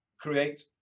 create